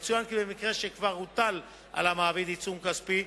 יצוין כי במקרה שכבר הוטל על המעביד עיצום כספי,